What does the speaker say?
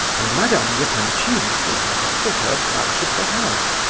and madame yeah epanchin is the last of her branch of the house,